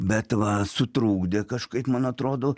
bet va sutrukdė kažkaip man atrodo